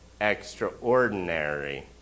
Extraordinary